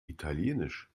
italienisch